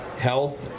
health